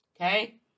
Okay